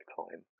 time